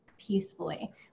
peacefully